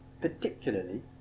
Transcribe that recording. particularly